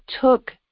took